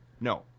No